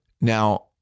Now